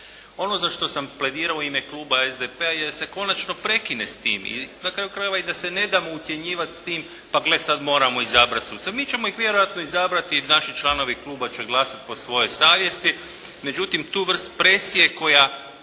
Ono za što sam pledirao u ime kluba SDP-a je da se konačno prekine s tim i na kraju krajeva i da se ne damo ucjenjivati s tim, pa gle sad moramo izabrati suce. Mi ćemo ih vjerojatno izabrati. Naši članovi kluba će glasati po svojoj savjesti. Međutim, tu vrstu presije koja